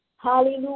Hallelujah